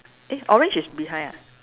eh orange is behind ah